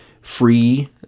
free